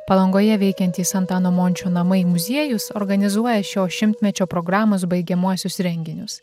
palangoje veikiantys antano mončio namai muziejus organizuoja šio šimtmečio programos baigiamuosius renginius